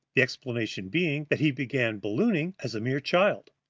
the explanation being that he began ballooning as a mere child.